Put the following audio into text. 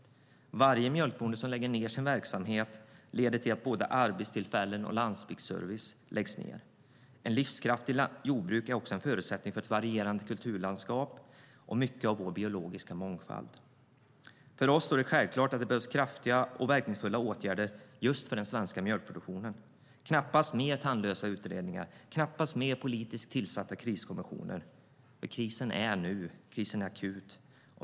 När mjölkbönderna får lägga ned sin verksamhet bidrar det till att både arbetstillfällen och landsbygdsservice läggs ned. Ett livskraftigt jordbruk är också en förutsättning för ett varierande kulturlandskap och mycket av vår biologiska mångfald. För oss är det självklart att just den svenska mjölkproduktionen behöver kraftiga och verkningsfulla åtgärder, knappast mer tandlösa utredningar och politiskt tillsatta kriskommissioner. Krisen är nu. Krisen är akut.